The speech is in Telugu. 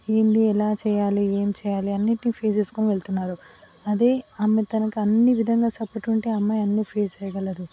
ఏంటి ఎలా చెయ్యాలి ఏం చెయ్యాలి అన్నిటినీ ఫేస్ చేసుకొని వెళ్తున్నారు అదే ఆమె తనకి అన్నీ విధంగా సపోర్ట్గా ఉంటే ఆమె అన్నీఫేస్ చేయగలదు